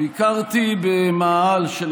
ביקרתי במאהל של